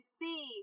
see